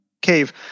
cave